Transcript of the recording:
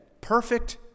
Perfect